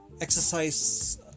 exercise